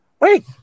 Wait